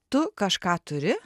tu kažką turi